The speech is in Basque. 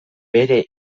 bere